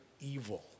evil